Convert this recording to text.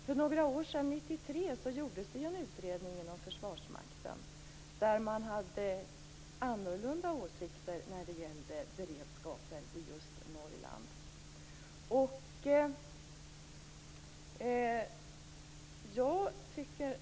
För några år sedan, 1993, gjordes det en utredning inom Försvarsmakten där man hade annorlunda åsikter när det gällde beredskapen i Norrland.